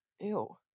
Ew